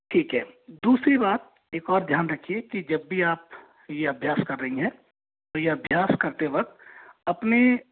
ठीक है दूसरी बात एक और ध्यान रखिये कि जब भी आप यह अभ्यास कर रही हैं तो यह अभ्यास करते वक़्त अपने